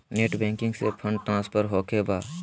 Net banking से fund transfer होखें बा?